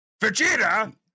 Vegeta